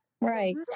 right